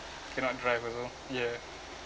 cannot drive also ya